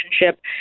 relationship